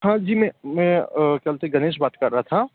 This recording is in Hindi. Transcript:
हाँ जी मैं मैं कल से गणेश बात कर रहा था